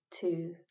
two